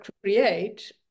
create